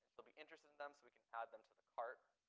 she'll be interested in them, so we can add them to the cart